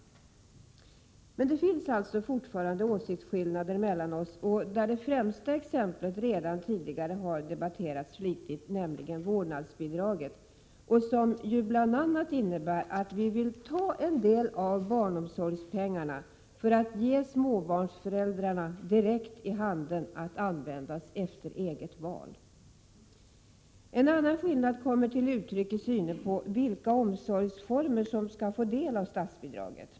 Men det finns alltså fortfarande åsiktsskillnader mellan oss. Det främsta exemplet har redan tidigare debatteras flitigt, nämligen vårdnadsbidraget. Bl. a. innebär det att vi vill ta en del av barnomsorgspengarna för att ge småbarnsföräldrarna direkt i handen att användas efter eget val. En annan skillnad kommer till uttryck i synen på vilka omsorgsformer som skall få del av statsbidraget.